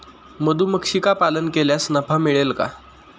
मधुमक्षिका पालन केल्यास नफा मिळेल का?